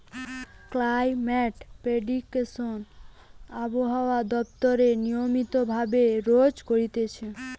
climate prediction আবহাওয়া দপ্তর নিয়মিত ভাবে রোজ করতিছে